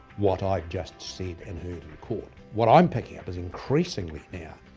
what i've just said and heard in court? what i'm picking up is increasingly now,